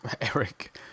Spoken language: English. Eric